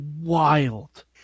wild